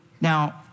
Now